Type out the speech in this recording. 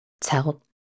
tell